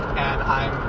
and i'm